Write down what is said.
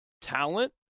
talent